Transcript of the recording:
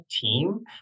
team